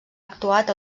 actuat